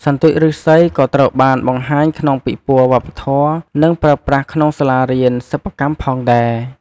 សន្ទូចឬស្សីក៏ត្រូវបានបង្ហាញក្នុងពិព័រណ៍វប្បធម៌ និងប្រើប្រាស់ក្នុងសាលារៀនសិប្បកម្មផងដែរ។